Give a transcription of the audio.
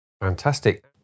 Fantastic